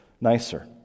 nicer